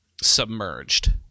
...submerged